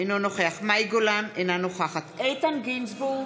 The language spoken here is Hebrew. אינו נוכח מאי גולן, אינה נוכחת איתן גינזבורג,